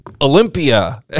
Olympia